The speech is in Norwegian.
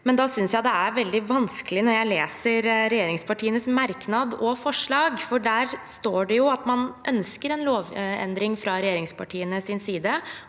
men da synes jeg det er veldig vanskelig når jeg leser regjeringspartienes merknad og forslag, for der står det jo at man ønsker en lovendring fra regjeringspartienes side